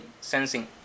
Sensing